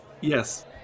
Yes